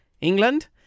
England